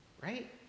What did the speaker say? Right